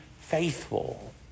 faithful